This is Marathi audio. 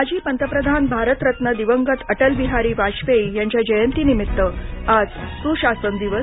माजी पंतप्रधान भारतरत्न दिवंगत अटल बिहारी वाजपेयी यांच्या जयंतीनिमित्त आज सुशासन दिवस